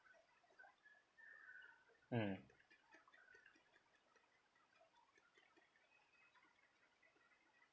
mm